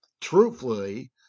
Truthfully